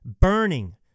burning